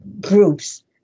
groups